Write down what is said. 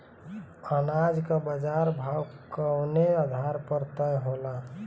अनाज क बाजार भाव कवने आधार पर तय होला?